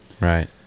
Right